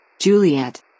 Juliet